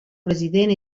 president